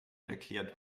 erklärt